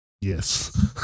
Yes